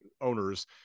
owners